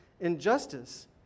injustice